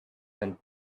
and